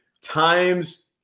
times